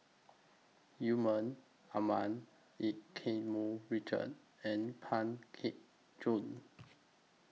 Yusman Aman EU Keng Mun Richard and Pang Teck Joon